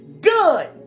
Good